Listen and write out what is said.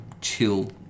chill